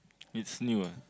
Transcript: it's new ah